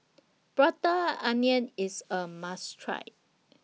Prata Onion IS A must Try